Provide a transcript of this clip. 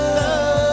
love